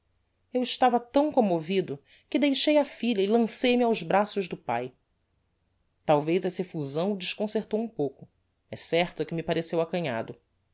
eu estava tão commovido que deixei a filha e lancei me aos braços do pae talvez essa effusão o desconcertou um pouco é certo que me pareceu acanhado